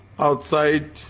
Outside